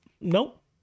nope